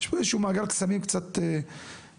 איזשהו מעגל קסמים קצת בעייתי.